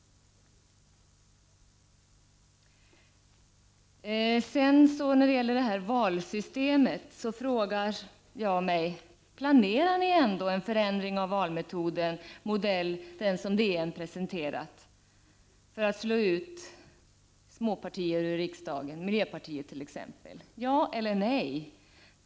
När det gäller valsystemet frågar jag mig: Planerar ni ändå en förändring av valsystemet, modell den som DN presenterade, för att slå ut småpartier ur riksdagen, miljöpartiet t.ex.? Ja eller nej?